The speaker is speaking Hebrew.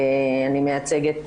אני מייצגת